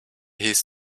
his